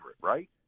right